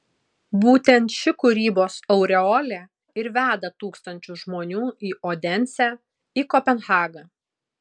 būtent ši kūrybos aureolė ir veda tūkstančius žmonių į odensę į kopenhagą